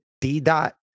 D-Dot